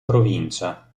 provincia